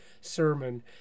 sermon